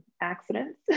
accidents